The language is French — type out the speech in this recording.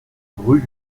rue